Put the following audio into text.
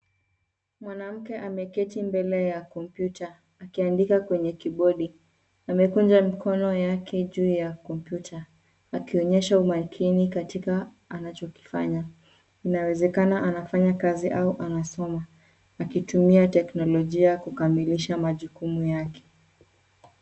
Mwanamke ameketi mbele ya kompyuta akiandika kwenye kibodi. Amekunja mkono yake juu ya kompyuta akionyesha umakini katika anachokifanya. Inaweza anafanya kazi au anasoma, akitumia teknolojia kukamilisha majukumu yake.